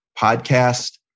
podcast